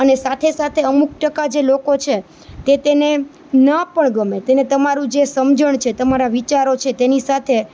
અને સાથે સાથે અમુક ટકા જે લોકો છે તે તેને ન પણ ગમે તેને તમારું જે સમજણ છે તમારા વિચારો છે તેની સાથે